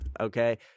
okay